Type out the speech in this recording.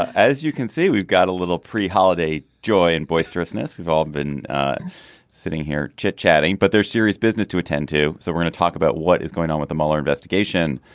as you can see we've got a little pre holiday joy and boisterous ness. we've all been sitting here chit chatting but they're serious business to attend to so we're gonna talk about what is going on with the mueller investigation.